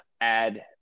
add